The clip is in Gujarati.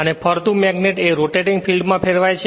અને ફરતું મેગ્નેટ એ રોટેટિંગ ફિલ્ડ માં ફેરવાય છે